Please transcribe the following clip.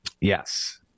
Yes